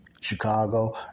Chicago